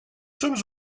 sommes